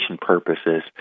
purposes